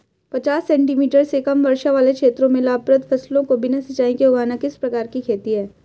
पचास सेंटीमीटर से कम वर्षा वाले क्षेत्रों में लाभप्रद फसलों को बिना सिंचाई के उगाना किस प्रकार की खेती है?